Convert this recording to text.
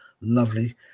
lovely